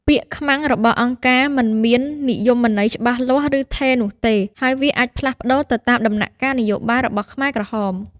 ពាក្យ ខ្មាំងរបស់អង្គការ មិនមាននិយមន័យច្បាស់លាស់ ឬថេរនោះទេ ហើយវាអាចផ្លាស់ប្តូរទៅតាមដំណាក់កាលនយោបាយរបស់ខ្មែរក្រហម។